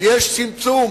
יש צמצום